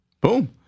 Boom